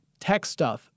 techstuff